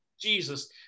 Jesus